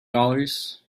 dollars